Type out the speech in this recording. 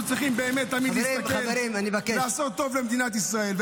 ואנחנו צריכים באמת תמיד להסתכל לעשות טוב למדינת ישראל.